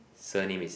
surname is